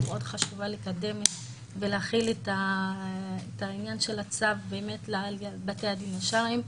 מאוד לקדם ולהחיל את העניין של הצו לבתי הדין השרעיים.